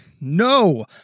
No